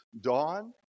dawn